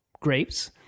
grapes